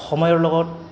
সময়ৰ লগত